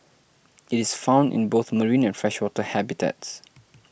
it is found in both marine and freshwater habitats